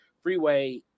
freeway